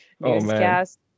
newscast